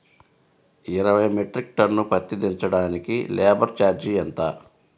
ఇరవై metric ton పత్తి దించటానికి లేబర్ ఛార్జీ ఎంత?